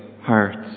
hearts